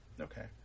Okay